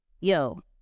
yo